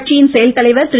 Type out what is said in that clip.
கட்சியின் செயல்தலைவர் திரு